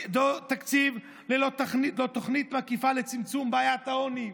תקציב ללא תוכנית מקיפה לצמצום בעיית העוני.